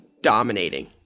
dominating